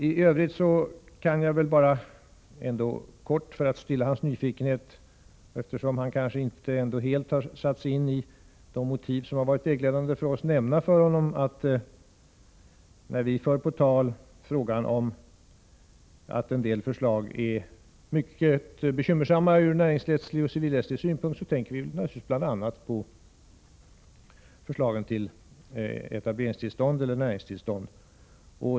I övrigt vill jag bara kort nämna, för att stilla herr Nygrens nyfikenhet — eftersom han kanske inte helt har satt sig in i de motiv som varit vägledande för oss — att när vi för på tal att en del förslag är mycket bekymmersamma ur näringslivets synpunkt och även ur civilrättslig synpunkt osv., avser vi naturligtvis bl.a. förslagen till etableringstillstånd, näringstillstånd.